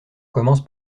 commence